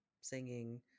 singing